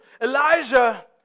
Elijah